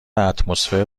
اتمسفر